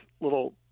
little